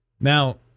Now